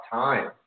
time